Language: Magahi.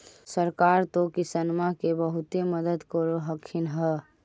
सरकार तो किसानमा के बहुते मदद कर रहल्खिन ह?